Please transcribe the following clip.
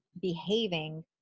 behaving